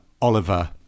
Oliver